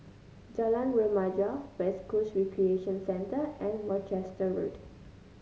Jalan Remaja West Coast Recreation Centre and Worcester Road